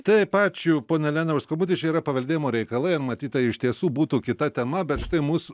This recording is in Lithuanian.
taip ačiū ponia elena už skambutį čia yra paveldėjimo reikalai matyt tai iš tiesų būtų kita tema bet štai mus